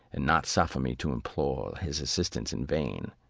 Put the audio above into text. and not suffer me to implore his assistance in vain.